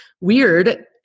weird